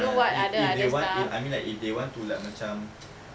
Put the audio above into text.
ya if if they want if I mean like if they want to macam